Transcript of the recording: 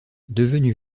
devenu